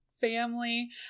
family